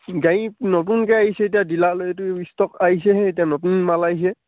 গাড়ী নতুনকৈ আহিছে এতিয়া ডিলাৰলৈ এইটো ষ্টক আহিছেহে এতিয়া নতুন মাল আহিছে